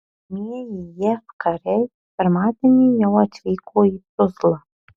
pirmieji jav kariai pirmadienį jau atvyko į tuzlą